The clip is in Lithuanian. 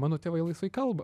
mano tėvai laisvai kalba